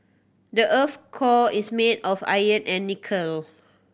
the earth's core is made of iron and nickel